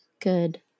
good